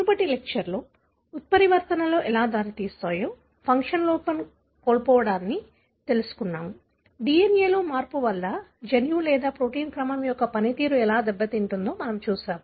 మునుపటి లెక్చర్ లో ఉత్పరివర్తనలు ఎలా దారితీస్తాయో ఫంక్షన్ లోపం కోల్పోవడాన్ని తెలుసుకున్నాము DNA లో మార్పు వల్ల జన్యువు లేదా ప్రోటీన్ క్రమం యొక్క పనితీరు ఎలా దెబ్బతింటుందో మనము చూశాము